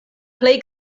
plej